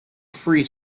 free